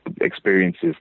experiences